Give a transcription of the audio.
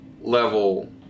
level